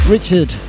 Richard